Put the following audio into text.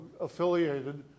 affiliated